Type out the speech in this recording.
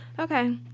Okay